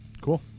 cool